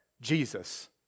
Jesus